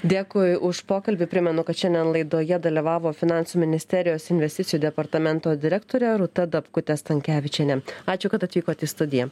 dėkui už pokalbį primenu kad šiandien laidoje dalyvavo finansų ministerijos investicijų departamento direktorė rūta dapkutė stankevičienė ačiū kad atvykot į studiją